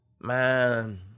man